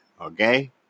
okay